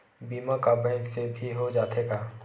बीमा का बैंक से भी हो जाथे का?